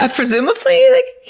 ah presumably like